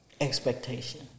Expectation